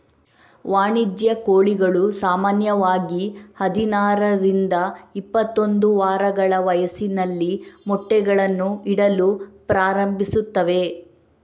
ವಾಣಿಜ್ಯ ಕೋಳಿಗಳು ಸಾಮಾನ್ಯವಾಗಿ ಹದಿನಾರರಿಂದ ಇಪ್ಪತ್ತೊಂದು ವಾರಗಳ ವಯಸ್ಸಿನಲ್ಲಿ ಮೊಟ್ಟೆಗಳನ್ನು ಇಡಲು ಪ್ರಾರಂಭಿಸುತ್ತವೆ